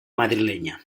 madrilenya